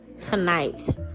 tonight